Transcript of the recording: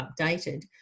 updated